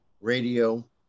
radio